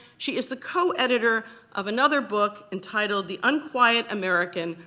she is the co-editor of another book entitled the unquiet american,